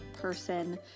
person